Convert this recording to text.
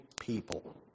people